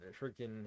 freaking